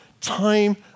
time